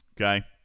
Okay